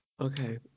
Okay